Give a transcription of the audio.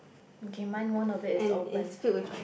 okay mine one of it is open